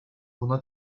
buna